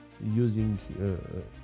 using